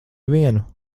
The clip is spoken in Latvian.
vienu